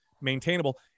maintainable